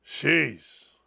Jeez